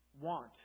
want